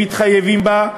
שמתחייבים בו,